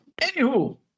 Anywho